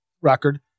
record